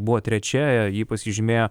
buvo trečia ji pasižymėjo